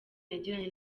yagiranye